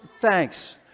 Thanks